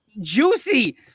juicy